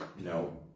No